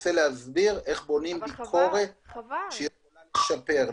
רוצה להסביר איך בונים ביקורת כדי לשפר.